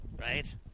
right